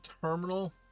terminal